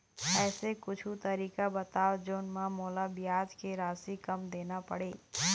ऐसे कुछू तरीका बताव जोन म मोला ब्याज के राशि कम देना पड़े?